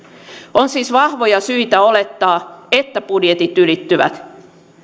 on siis vahvoja syitä olettaa että budjetit ylittyvät